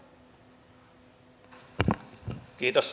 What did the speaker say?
arvoisa puhemies